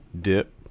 Dip